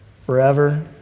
forever